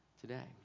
today